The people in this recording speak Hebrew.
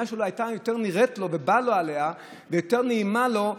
לו יותר ובא לו עליו והוא יותר נעים לו,